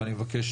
ואני מבקש,